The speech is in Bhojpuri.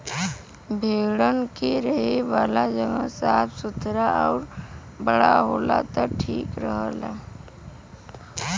भेड़न के रहे वाला जगह साफ़ सुथरा आउर बड़ा होला त ठीक रहला